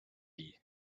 dir